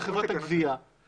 זה מידע שלו.